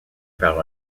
par